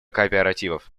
кооперативов